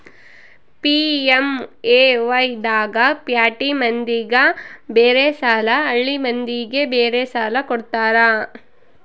PMAY ದಾಗ ಪ್ಯಾಟಿ ಮಂದಿಗ ಬೇರೆ ಸಾಲ ಹಳ್ಳಿ ಮಂದಿಗೆ ಬೇರೆ ಸಾಲ ಕೊಡ್ತಾರ